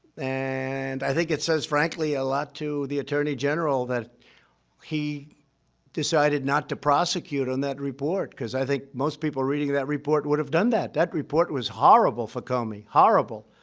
and i think it says, frankly, a lot to the attorney general that he decided not to prosecute on that report, because i think most people reading that report would have done that. that report was horrible for comey. horrible.